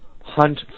hunt